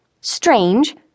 strange